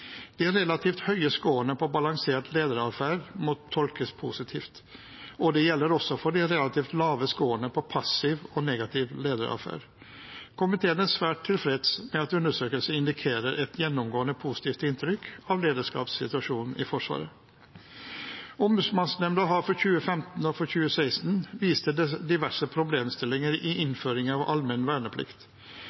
De relativt høye skårene på balansert lederadferd må tolkes positivt, og det gjelder også for de relativt lave skårene på passiv og negativ lederadferd. Komiteen er svært tilfreds med at undersøkelsen indikerer et gjennomgående positivt inntrykk av lederskapssituasjonen i Forsvaret. Ombudsmannsnemnda har for 2015 og for 2016 vist til diverse problemstillinger i innføringen av allmenn verneplikt.